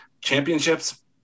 championships